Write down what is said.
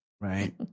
Right